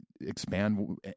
expand